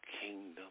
kingdom